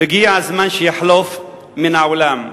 והגיע הזמן שהוא יחלוף מן העולם.